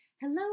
Hello